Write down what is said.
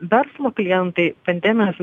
verslo klientai pandemijos